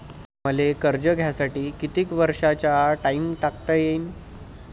मले कर्ज घ्यासाठी कितीक वर्षाचा टाइम टाकता येईन?